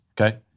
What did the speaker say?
Okay